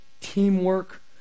teamwork